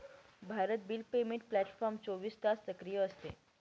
Bharat bill payment platform चोवीस तास सक्रिय असते